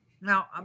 now